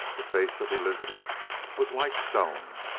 the face of elizabeth was like stone.